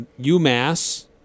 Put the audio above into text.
UMass